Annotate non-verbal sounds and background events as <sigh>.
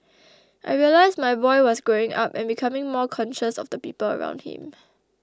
<noise> I realised my boy was growing up and becoming more conscious of the people around him